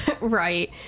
Right